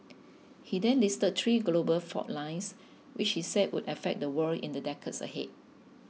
he then listed three global fault lines which he said would affect the world in the decades ahead